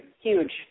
huge